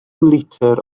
litr